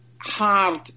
hard